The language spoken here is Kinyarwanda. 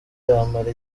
amara